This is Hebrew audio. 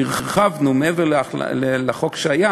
והרחבנו מעבר לחוק,